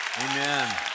Amen